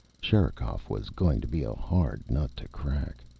sherikov was going to be a hard nut to crack.